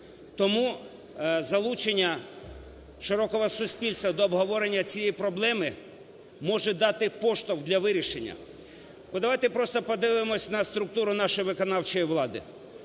Тому залучення широкого суспільства до обговорення цієї проблеми може дати поштовх для вирішення. Давайте просто подивимося на структуру нашої виконавчої влади,